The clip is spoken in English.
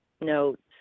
notes